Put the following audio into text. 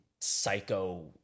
Psycho